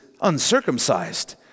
uncircumcised